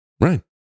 right